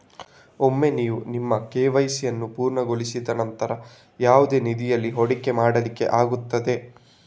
ಒಮ್ಮೆ ನೀವು ನಿಮ್ಮ ಕೆ.ವೈ.ಸಿ ಅನ್ನು ಪೂರ್ಣಗೊಳಿಸಿದ ನಂತ್ರ ಯಾವುದೇ ನಿಧಿಯಲ್ಲಿ ಹೂಡಿಕೆ ಮಾಡ್ಲಿಕ್ಕೆ ಆಗ್ತದೆ